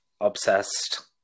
obsessed